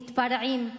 מתפרעים,